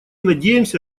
надеемся